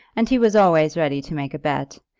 and he was always ready to make a bet,